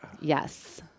Yes